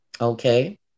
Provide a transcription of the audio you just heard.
okay